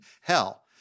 hell